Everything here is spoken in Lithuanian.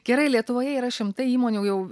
gerai lietuvoje yra šimtai įmonių jau